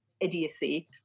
idiocy